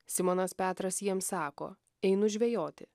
simonas petras jiems sako einu žvejoti